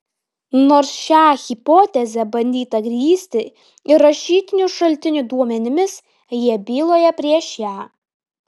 nors šią hipotezę bandyta grįsti ir rašytinių šaltinių duomenimis jie byloja prieš ją